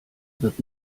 wird